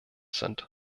sind